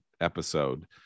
episode